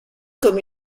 comme